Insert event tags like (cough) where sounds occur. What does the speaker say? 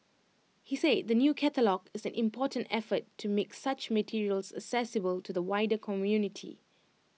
he said the new catalogue (noise) is an important effort to make such materials accessible to the wider community